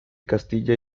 castilla